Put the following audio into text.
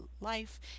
life